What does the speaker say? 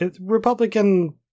Republican